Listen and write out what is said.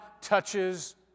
touches